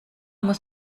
muss